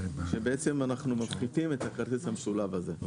שבעצם אנחנו מפחיתים את הכרטיס המשולב הזה.